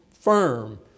firm